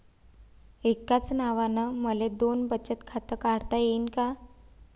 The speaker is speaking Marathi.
एकाच नावानं मले दोन बचत खातं काढता येईन का?